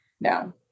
no